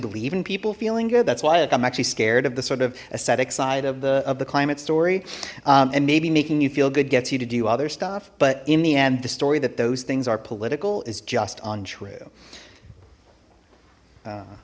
believe in people feeling good that's why i'm actually scared of the sort of aesthetic side of the of the climate story and maybe making you feel good gets you to do other stuff but in the end the story that those things are political is just u